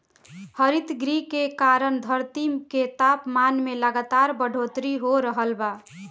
हरितगृह के कारण धरती के तापमान में लगातार बढ़ोतरी हो रहल बा